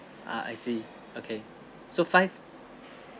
ah I see okay so five